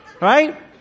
right